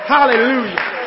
Hallelujah